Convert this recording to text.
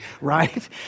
right